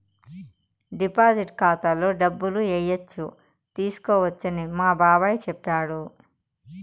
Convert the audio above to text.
deposit ఖాతాలో డబ్బులు ఏయచ్చు తీసుకోవచ్చని మా బాబాయ్ చెప్పాడు